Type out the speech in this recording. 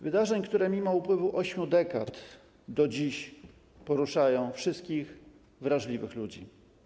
Wydarzeń, które pomimo upływu 8 dekad do dziś poruszają wszystkich wrażliwych ludzi.